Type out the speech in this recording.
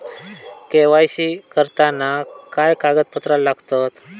KYC करताना काय कागदपत्रा लागतत?